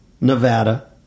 Nevada